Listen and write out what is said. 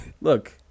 look